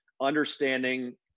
understanding